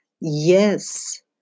Yes